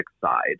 side